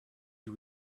you